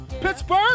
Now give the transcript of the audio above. Pittsburgh